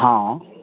हँ